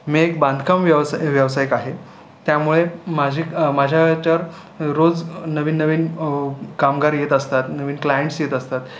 मी एक बांधकाम व्यवस व्यावसायिक आहे त्यामुळे माझी माझ्या याच्यावर रोज नवीन नवीन कामगार येत असतात नवीन क्लायेंन्ट्स येत असतात